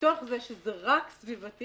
מתוך זה שזה "רק" סביבתי,